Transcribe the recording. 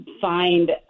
find